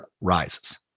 rises